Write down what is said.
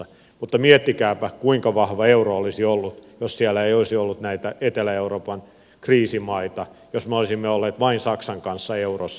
mutta miettikääpä kuinka vahva euro olisi ollut jos siellä ei olisi ollut näitä etelä euroopan kriisimaita jos me olisimme olleet vain saksan kanssa eurossa